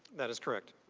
that is correct.